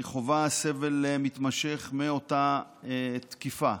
היא חווה סבל מתמשך מאותה תקיפה.